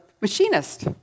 machinist